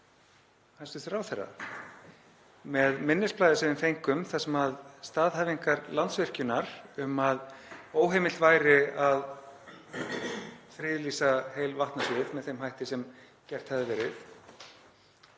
hæstv. ráðherra með minnisblaði sem við fengum, þar sem staðhæfingar Landsvirkjunar um að óheimilt væri að friðlýsa heil vatnasvið með þeim hætti sem gert hafði verið.